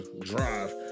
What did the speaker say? drive